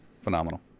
Phenomenal